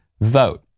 vote